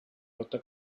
flota